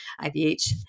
IVH